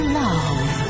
love